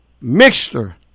mixture